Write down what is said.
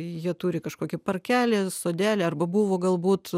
jie turi kažkokį parkelį sodelį arba buvo galbūt